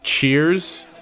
Cheers